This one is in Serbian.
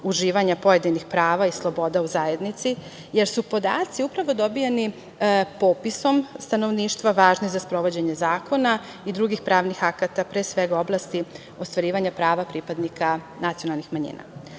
uživanja pojedinih prava i sloboda u zajednici, jer su podaci upravo dobijeni popisom stanovništva važni za sprovođenje zakona i drugih pravnih akata, pre svega, u oblasti ostvarivanja prava pripadnika nacionalnih manjina. Na